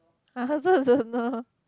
uh I also don't know